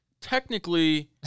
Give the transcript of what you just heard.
technically